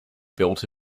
built